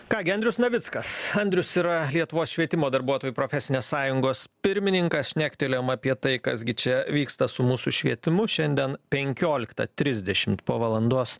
ką gi andrius navickas andrius yra lietuvos švietimo darbuotojų profesinės sąjungos pirmininkas šnektelėjom apie tai kas gi čia vyksta su mūsų švietimu šiandien penkioliktą trisdešimt po valandos